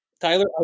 Tyler